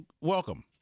welcome